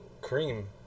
cream